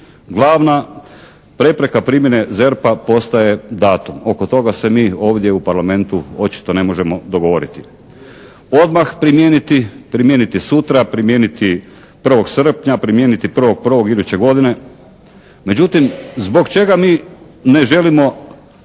.Glavna prepreka primjene ZERP-a postaje datum. Oko toga se mi ovdje u Parlamentu očito ne možemo dogovoriti. Odmah primijeniti, primijeniti sutra, primijeniti 1. srpnja, primijeniti 1.1. iduće godine. Međutim, zbog čega mi ne želimo